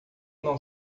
não